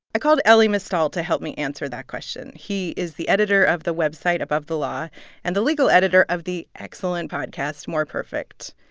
i called elie mystal to help me answer that question. he is the editor of the website above the law and the legal editor of the excellent podcast more perfect.